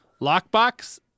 lockbox